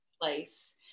Place